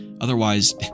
Otherwise